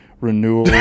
Renewal